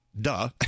Duh